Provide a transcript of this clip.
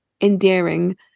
endearing